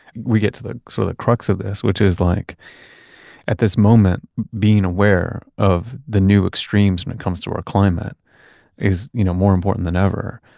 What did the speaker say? we get to the sort of the crux of this, which is like at this moment, being aware of the new extremes when it comes to our climate is you know more important than ever.